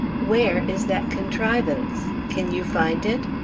where is that contrivance? can you find it?